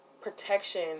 protection